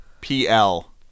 P-L